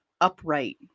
upright